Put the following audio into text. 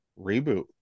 reboot